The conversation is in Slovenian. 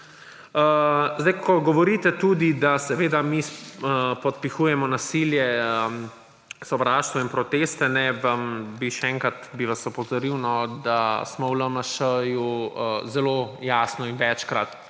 Ko govorite tudi, da seveda mi podpihujemo nasilje, sovraštvo in proteste, bi vas še enkrat opozoril, da smo v LMŠ zelo jasno in večkrat,